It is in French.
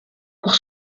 pour